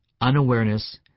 unawareness